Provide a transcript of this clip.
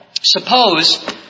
suppose